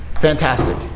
Fantastic